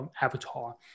avatar